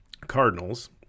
cardinals